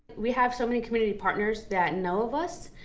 we have so many community partners that know of us.